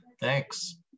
thanks